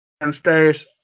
downstairs